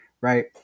right